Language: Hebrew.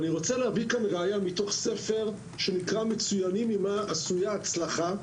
אני רוצה להביא כאן ראיה מספר שנקרא: "מצוינים: ממה עשויה הצלחה",